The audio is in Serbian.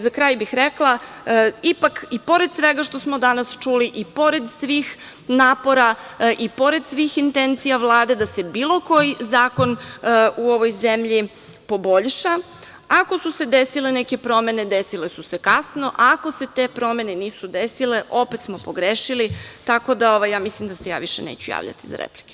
Za kraj bih rekla, ipak i pored svega što smo danas čuli i pored svih napora i pored svih intencija Vlade da se bilo koji zakon u ovoj zemlji poboljša, ako su se desile neke promene, desile su se kasno, ako se te promene nisu desile, opet smo pogrešili, tako da ja mislim da se ja više neću javljati za replike.